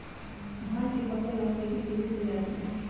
धान के फ़सल ला खेती कइसे तैयार करी?